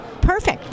Perfect